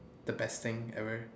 the best thing ever